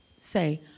say